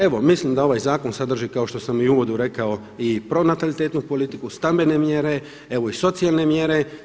Evo, mislim da ovaj zakon sadrži, kao što sam i u uvodu rekao i pronatalitetnu politiku, stambene mjere, evo i socijalne mjere.